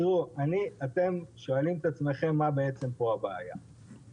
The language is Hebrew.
אתם שואלים את עצמכם מה בעצם הבעיה פה.